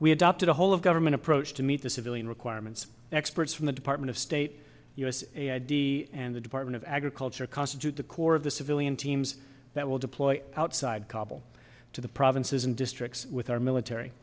we adopted a whole of government approach to meet the civilian requirements experts from the department of state u s id and the department of agriculture constitute the core of the civilian teams that will deploy outside kabul to the provinces and districts with our military